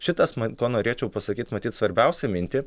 šitas man ko norėčiau pasakyti matyt svarbiausią mintį